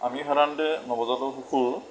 আমি সাধাৰণতে নৱজাতক শিশুৰ